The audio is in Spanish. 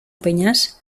peñas